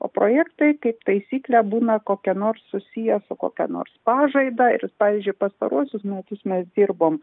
o projektai kaip taisyklė būna kokie nors susiję su kokia nors pažaida ir pavyzdžiui pastaruosius metus mes dirbom